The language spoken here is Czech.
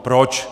Proč?